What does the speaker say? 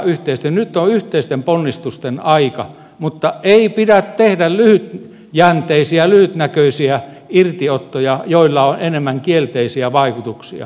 nyt on yhteisten ponnistusten aika mutta ei pidä tehdä lyhytjänteisiä lyhytnäköisiä irtiottoja joilla on enemmän kielteisiä vaikutuksia